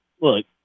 Look